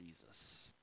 Jesus